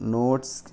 notes